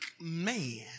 man